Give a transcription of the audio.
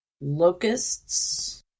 locusts